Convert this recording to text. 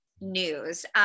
news